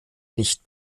nicht